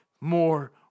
more